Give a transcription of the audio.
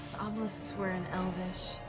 were in elvish.